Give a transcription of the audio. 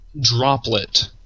droplet